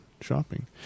shopping